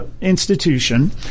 institution